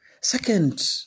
Second